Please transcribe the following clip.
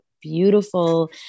beautiful